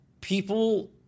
people